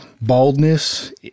baldness